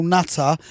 Nutter